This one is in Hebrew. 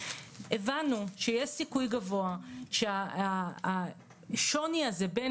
הבנו שיש סיכוי גבוהה שהשוני הזה בין